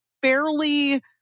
fairly